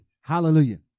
Hallelujah